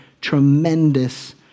tremendous